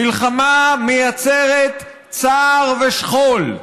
מלחמה מייצרת צער ושכול.